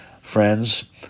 friends